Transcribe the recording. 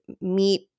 meet